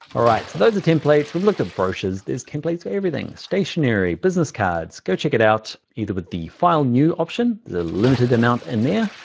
ah right, so that's the templates. we've looked at brochures, there's templates, everything. stationery, business cards, go check it out either with the file new option, the limited amount in there,